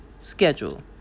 schedule